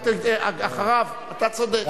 אתה צודק.